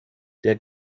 der